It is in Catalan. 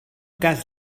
cas